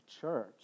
church